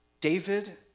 David